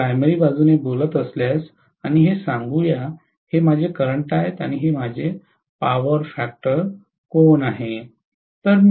मी प्राथमिक बाजूने बोलत असल्यास आणि हे सांगू या हे माझे करंट आहे हे पॉवर फॅक्टर कोन आहे